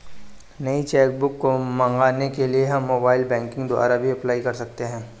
नई cheque book मंगवाने के लिए हम मोबाइल बैंकिंग द्वारा भी अप्लाई कर सकते है